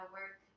work